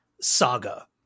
Saga